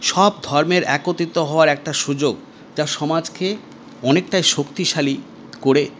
বা ধর্মের একত্রিত হওয়ার একটা সুযোগ যা সমাজকে অনেকটাই শক্তিশালী করে